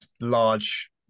large